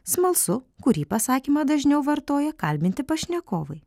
smalsu kurį pasakymą dažniau vartoja kalbinti pašnekovai